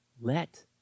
Let